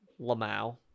Lamau